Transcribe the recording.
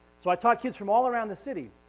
so i taught kids from all around the city.